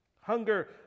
Hunger